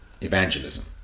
evangelism